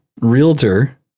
realtor